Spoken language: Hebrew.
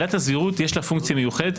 לעילת הסבירות יש פונקציה מיוחדת,